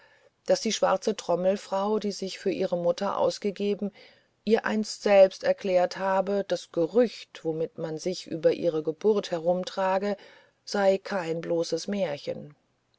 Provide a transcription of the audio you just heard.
daß die schwarze trommelfrau die sich für ihre mutter ausgegeben ihr einst selbst erklärt habe das gerücht womit man sich über ihre geburt herumtrage sei kein bloßes märchen